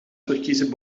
verkiezen